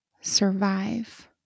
survive